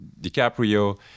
DiCaprio